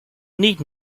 need